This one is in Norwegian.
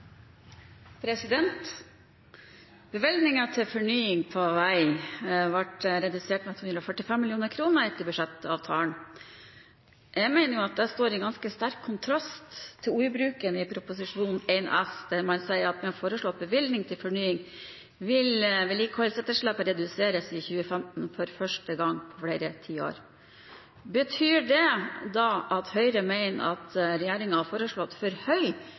med. Bevilgninger til fornying på vei ble redusert med 245 mill. kr etter budsjettavtalen. Jeg mener at det står i ganske sterk kontrast til ordbruken i Prop. 1 S, der man sier at med den foreslåtte bevilgningen til fornying vil vedlikeholdsetterslepet reduseres i 2015 for første gang på flere tiår. Betyr det at Høyre mener at regjeringen har foreslått for høy